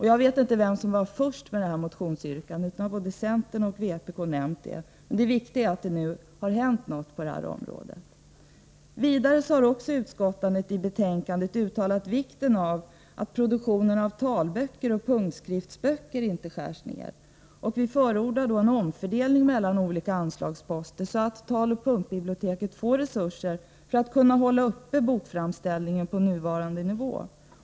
Jag vet inte vem som var först med detta motionsyrkande — både centern och vpk har nämnt det. Men det viktiga är att det nu har hänt något på detta område. Vidare har utskottet i betänkandet uttalat vikten av att produktionen av talböcker och punktskriftsböcker inte skärs ned. Vi förordar en omfördelning mellan olika anslagsposter så att taloch punktskriftsbiblioteket får resurser för att kunna hålla uppe bokframställningen på nuvarande nivå.